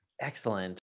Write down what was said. Excellent